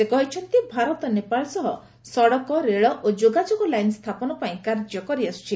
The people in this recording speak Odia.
ସେ କହିଛନ୍ତି ଭାରତ ନେପାଳ ସହ ସଡ଼କ ରେଳ ଓ ଯୋଗାଯୋଗ ଲାଇନ୍ ସ୍ଥାପନ ପାଇଁ କାର୍ଯ୍ୟ କରିଆସୁଛି